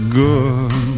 good